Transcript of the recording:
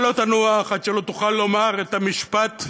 אתה לא תנוח עד שלא תוכל לומר את המשפט: